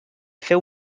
feu